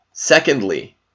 Secondly